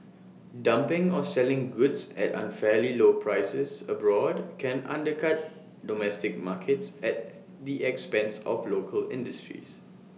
dumping or selling goods at unfairly low prices abroad can undercut domestic markets at the expense of local industries